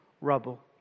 rubble